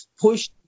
push